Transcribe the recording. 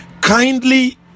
kindly